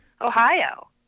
Ohio